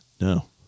no